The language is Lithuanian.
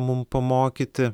mum pamokyti